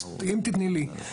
אז אני חוזר, אם תתני לי.